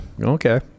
Okay